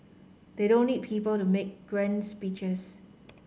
they don't need people to make grand speeches